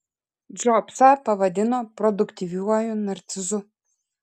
džobsą pavadino produktyviuoju narcizu